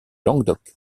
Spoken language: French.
languedoc